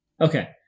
Okay